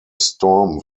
storm